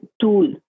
tool